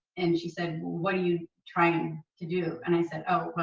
and she said, what are you trying to do? and i said, oh,